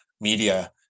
media